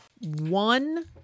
One